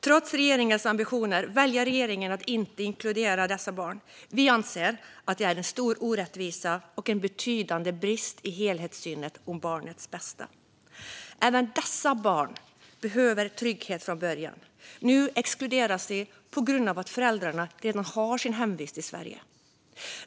Trots regeringens ambitioner väljer den att inte inkludera dessa barn. Vi anser att detta är en stor orättvisa och en betydande brist i helhetssynen gällande barnets bästa. Även dessa barn behöver trygghet från början. Nu exkluderas de på grund av att föräldrarna redan har sin hemvist i Sverige.